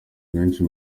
benshi